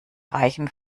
reichen